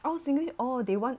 all singlish all they want